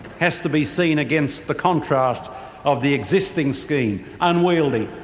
has to be seen against the contrast of the existing scheme unwieldy,